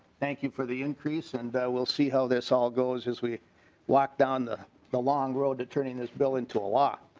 thank you for the increase and we will see how this all goes as we walked down the the long road to turning this bill into a lot.